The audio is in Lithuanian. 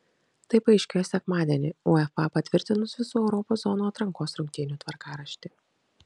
tai paaiškėjo sekmadienį uefa patvirtinus visų europos zonos atrankos rungtynių tvarkaraštį